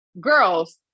Girls